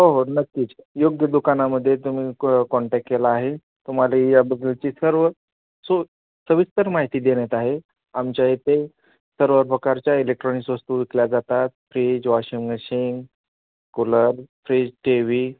हो हो नक्कीच योग्य दुकानामध्ये तुम्ही क कॉन्टॅक केला आहे तुम्हाला या बद्दलची सर्व सो सविस्तर माहिती देण्यात आहे आमच्या इथे सर्व प्रकारच्या इलेक्ट्रॉनिक्स वस्तू विकल्या जातात fridge washing machine cooler fridge T we